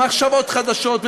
במחשבות חדשות,